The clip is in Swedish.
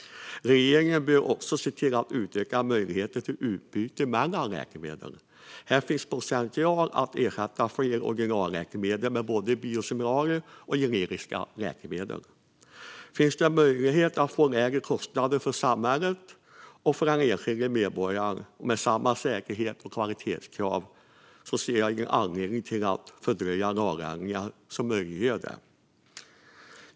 Regeringen bör också se till att utöka möjligheterna till utbyte mellan läkemedel. Här finns potential att ersätta fler originalläkemedel med både biosimilarer och generiska läkemedel. Finns det möjlighet att få lägre kostnader för samhället och för den enskilde medborgaren med samma säkerhets och kvalitetskrav ser jag ingen anledning att fördröja lagändringar som möjliggör det.